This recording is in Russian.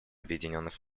объединенных